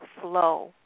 flow